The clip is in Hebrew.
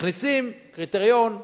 מכניסים קריטריון משמעותי,